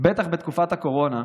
בטח בתקופת הקורונה,